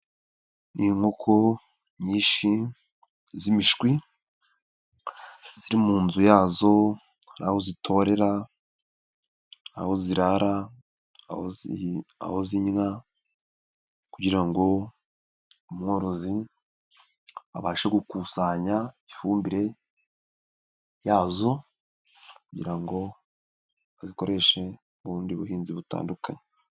Ni inkoko nyinshi z'imishwi, ziri mu nzu yazo, aho zitorera, aho zirara, aho aho zinnya kugira ngo umworozi abashe gukusanya ifumbire yazo, kugira ngo bazikoreshe mu bundi buhinzi butandukanye.